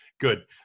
Good